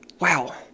wow